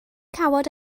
cawod